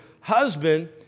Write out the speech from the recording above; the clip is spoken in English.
husband